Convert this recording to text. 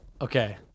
Okay